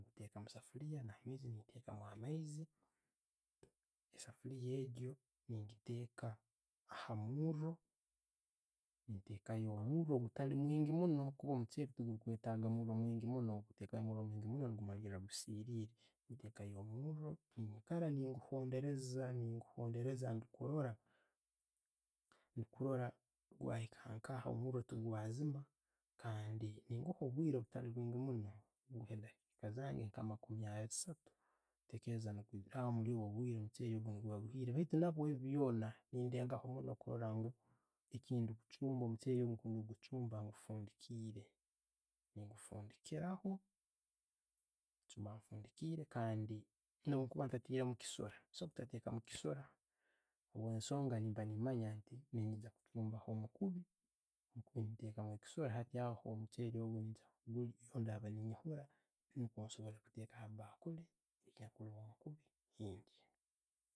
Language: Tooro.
Nteka omusefuuliiya, nentekamu amaizi, e'sefuliiya egyo nengiteeka ha'omuuro, nentekayo omuro kuba omucheere tegukwetaaga omurro mwingi munno, bwokuteekaho omuuro mwingi munno ne'gumaliira gusiirire. Ntekayo omuuro, ne'nikaara nenguhondereza, nenguhondereza ndimukurora, nkurora gwahika nka, omuuro tegwaziima kandi nkoko obwire butali bwingi munno, mu'edaakiika zange nka makuumi assatu nkutekereza ha'ho obwire omucheere gunno guba guhiire. Baitu Nabwo ebyo byona, nedengaho kurora ngu ekyendi okuchumba omucheere kwemkuchumba ngufundikiire. Ngufundikiraho 'kyemba'mba nkifundikire kandi ne'bwenkuba ntatteiremu ekisuula, tintekamu ekisuura habwensonga mpa ne'manya neniija okuchumbaho omukuubi, ntekamu ekisuura, hato aho omucheere ogwo niikwo bwendaba nenjihuura nukwo nsobore kuteeka habakuli, ntekayo no' mukuubi ndya.